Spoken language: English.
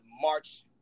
March